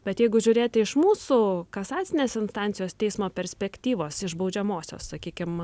bet jeigu žiūrėti iš mūsų kasacinės instancijos teismo perspektyvos iš baudžiamosios sakykim